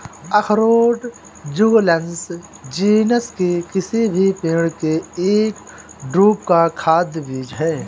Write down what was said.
अखरोट Juglans genus के किसी भी पेड़ के एक ड्रूप का खाद्य बीज है